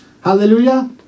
hallelujah